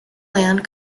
land